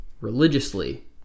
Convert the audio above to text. religiously